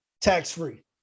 tax-free